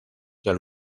del